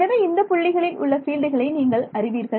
எனவே இந்தப் புள்ளிகளில் உள்ள பீல்டுகளை நீங்கள் அறிவீர்கள்